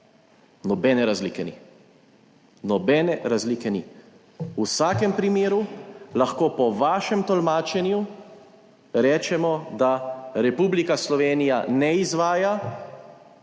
Nobene razlike ni. V vsakem primeru lahko po vašem tolmačenju rečemo, da Republika Slovenija ne izvaja